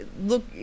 Look